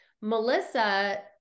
Melissa